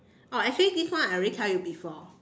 oh actually this one I already tell you before